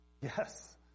Yes